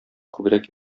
күбрәк